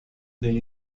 del